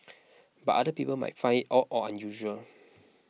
but other people might find it odd or usual